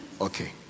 okay